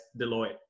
Deloitte